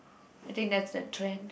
I think that's the trend